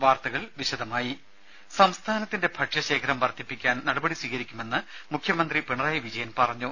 വാർത്തകൾ വിശദമായി സംസ്ഥാനത്തിന്റെ ഭക്ഷ്യശേഖരം വർദ്ധിപ്പിക്കാൻ നടപടി സ്വീകരിക്കുമെന്ന് മുഖ്യമന്ത്രി പിണറായി വിജയൻ പറഞ്ഞു